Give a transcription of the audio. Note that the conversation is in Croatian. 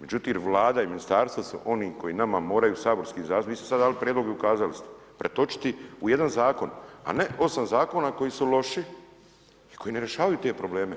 međutim Vlada i ministarstvo su oni koji nama moraju saborskim zastupnicima, vi ste sada dali prijedlog i ukazali ste, pretočiti u jedan zakon a ne 8 zakona koji su loši i koji ne rješavaju te probleme.